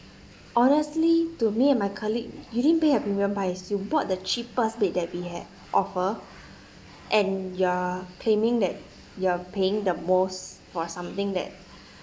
honestly to me and my colleague you didn't pay a premium price you bought the cheapest bed that we had offer and you're claiming that you're paying the most for something that